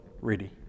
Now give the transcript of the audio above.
ready